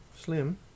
Slim